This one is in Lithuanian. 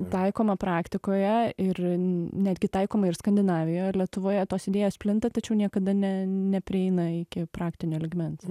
taikoma praktikoje ir netgi taikoma ir skandinavijoj ir lietuvoje tos idėjos plinta tačiau niekada ne neprieina iki praktinio lygmens